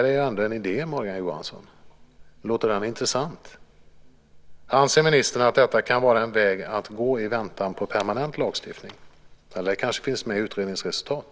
Det är ändå en idé, Morgan Johansson. Låter den intressant? Anser ministern att detta kan vara en väg att gå i väntan på permanent lagstiftning? Det kanske finns med i utredningens resultat?